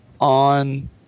on